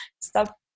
Stop